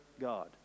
God